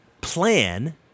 plan